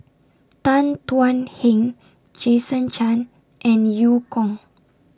Tan Thuan Heng Jason Chan and EU Kong